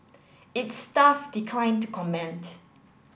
its staff declined to comment